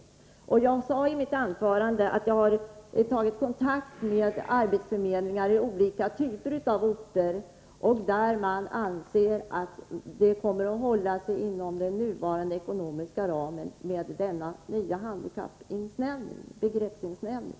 Som jag sade i mitt anförande, har jag tagit kontakt med arbetsförmedlingar i olika typer av orter, där man anser att man kommer att hålla sig inom den nuvarande ekonomiska ramen efter denna insnävning av begreppet handikappad.